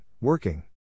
Working